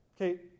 okay